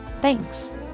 Thanks